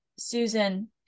Susan